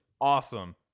awesome